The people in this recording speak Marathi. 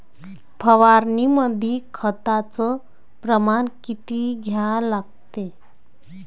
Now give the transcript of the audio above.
फवारनीमंदी खताचं प्रमान किती घ्या लागते?